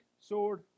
sword